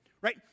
right